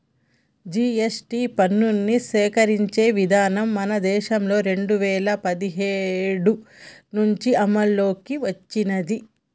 GST పన్నుని సేకరించే విధానం మన దేశంలో రెండు వేల పదిహేడు నుంచి అమల్లోకి వచ్చినాది